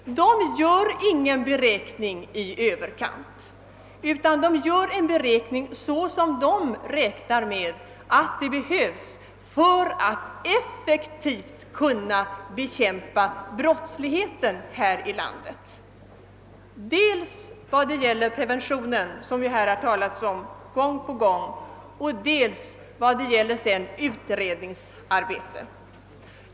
Polischeferna gör ingen beräkning i överkant, utan den görs i överensstämmelse med behovet för att effektivt kunna bekämpa brottsligheten här i landet, dels 1 fråga om preventionen, som här talats om gång på gång, och dels vad gäller utredningsarbetet.